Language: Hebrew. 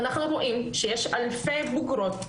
אנחנו רואים שיש אלפי בגרות,